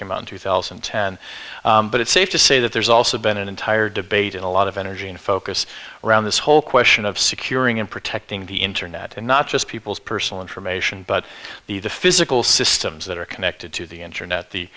came out in two thousand and ten but it's safe to say that there's also been an entire debate in a lot of energy and focus around this whole question of securing and protecting the internet not just people's personal information but the the physical systems that are connected to the internet the